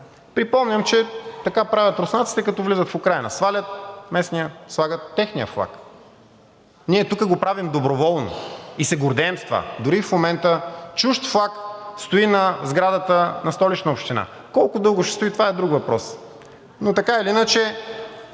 Припомням, че така правят руснаците, като влизат в Украйна – свалят местния, слагат техния флаг. Ние тук го правим доброволно и се гордеем с това. Дори и в момента чужд флаг стои на сградата на Столична община! Колко дълго ще стои, това е друг въпрос, но така или иначе